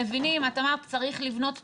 את אמרת שצריך לבנות תוכנית,